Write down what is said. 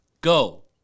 go